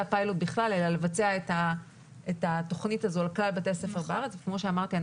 פיילוט בכלל אלא לבצע את התכנית הזאת על כלל בתי הספר בארץ וכמו שאמרתי,